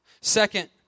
Second